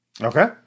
Okay